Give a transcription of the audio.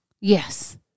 Yes